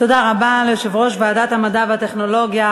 תודה רבה ליושב-ראש ועדת המדע והטכנולוגיה,